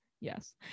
yes